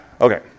okay